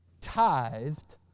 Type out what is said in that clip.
tithed